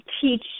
teach